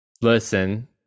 listen